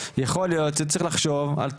לייצר מצב של הגדלה של